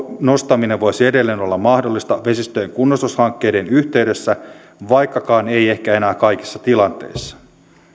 nostaminen voisi edelleen olla mahdollista vesistöjen kunnostushankkeiden yhteydessä vaikkakaan ei ehkä enää kaikissa tilanteissa